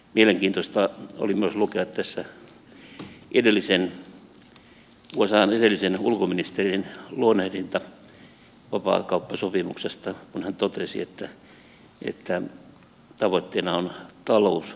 mielenkiintoista oli myös lukea tässä usan edellisen ulkoministerin luonnehdinta vapaakauppasopimuksesta kun hän totesi että tavoitteena on talous nato